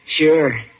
Sure